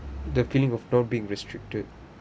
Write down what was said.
the feeling of not being restricted